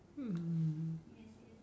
um